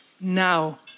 now